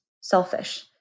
selfish